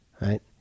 Right